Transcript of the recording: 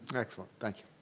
excellent, thank you.